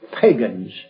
pagans